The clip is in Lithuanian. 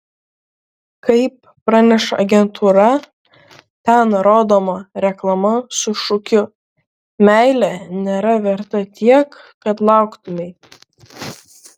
kaip praneša agentūra ten rodoma reklama su šūkiu meilė nėra verta tiek kad lauktumei